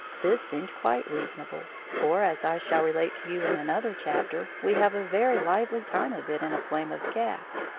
this seemed quite reasonable, for, as i shall relate to you in another chapter, we have a very lively time of it in a flame of gas.